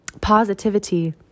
positivity